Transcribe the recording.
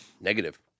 negative